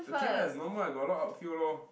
okay lah it's normal I got a lot of outfield lor